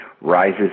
rises